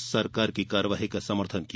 सरकार की कार्रवाई का समर्थन किया